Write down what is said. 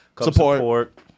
Support